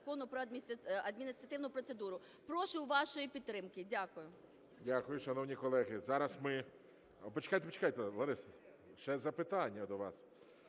"Про адміністративну процедуру". Прошу вашої підтримки. Дякую. ГОЛОВУЮЧИЙ. Дякую. Шановні колеги, зараз ми... Почекайте, почекайте, Лариса, ще запитання до вас.